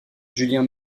julien